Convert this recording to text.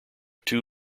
two